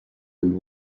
and